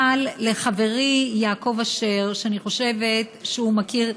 אבל לחברי יעקב אשר, שאני חושבת שהוא מכיר,